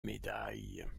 médaille